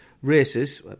races